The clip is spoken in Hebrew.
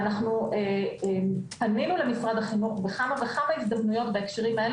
אנחנו פנינו למשרד החינוך בכמה וכמה הזדמנויות בהקשרים האלה